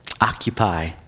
Occupy